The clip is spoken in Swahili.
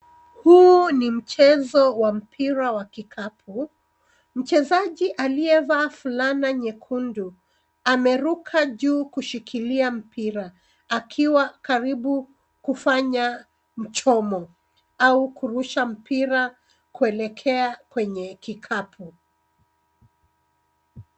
Huu ni mchezo wa mpira wa kikapu. Mchezaji aliyevaa fulana nyekundu ameruka juu kushikilia mpira akiwa karibu kufanya mchomo au kurusha mpira kuelekea kwenye kikapu.